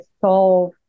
solve